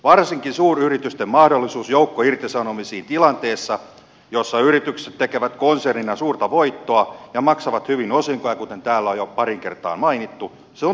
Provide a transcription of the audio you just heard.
varsinkin suuryritysten mahdollisuus joukkoirtisanomisiin tilanteessa jossa yritykset tekevät konsernina suurta voittoa ja maksavat hyvin osinkoja kuten täällä on jo pariin kertaan mainittu on tuomittava